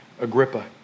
Agrippa